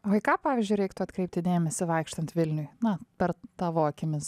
o į ką pavyzdžiui reiktų atkreipti dėmesį vaikštant vilniuje na per tavo akimis